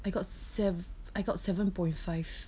I got sev~ I got seven point five